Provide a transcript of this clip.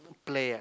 play ah